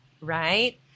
Right